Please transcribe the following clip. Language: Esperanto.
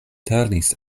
turnis